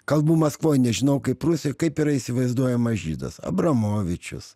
kalbu maskvoj nes žinau kaip rusijoj kaip yra įsivaizduojamas žydas abramovičius